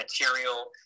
material